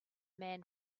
man